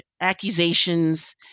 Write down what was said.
accusations